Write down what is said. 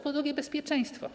Po drugie, bezpieczeństwo.